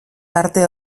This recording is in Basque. tarte